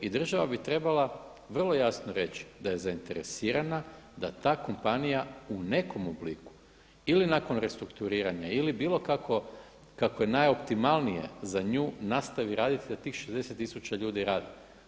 I država bi trebala vrlo jasno reći da je zainteresirana da kompanija u nekom obliku ili nakon restrukturiranja ili bilo kako, kako je najoptimalnije za nju nastaviti raditi da tih 60000 radi.